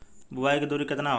बुआई के दुरी केतना होला?